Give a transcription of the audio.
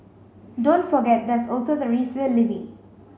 don't forget there's also the resale levy